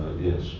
yes